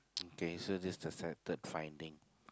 okay so this the third third finding